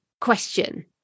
question